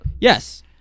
yes